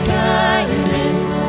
kindness